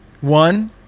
one